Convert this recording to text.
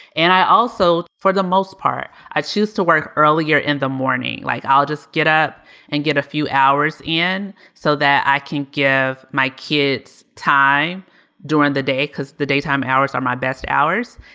and i also, for the most part, i choose to work earlier in the morning, like i'll just get up and get a few hours in so that i can give my kids time during the day because the daytime hours are my best hours.